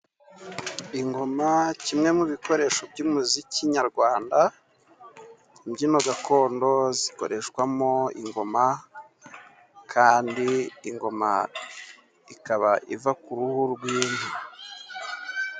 Ingoma kimwe mu bikoresho by'umuziki nyarwanda, imbyino gakondo zikoreshwamo ingoma, kandi ingoma ikaba iva ku ruhu rw'inka.